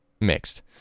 mixed